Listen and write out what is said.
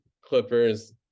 Clippers